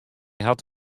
hat